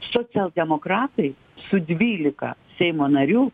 socialdemokratai su dvylika seimo narių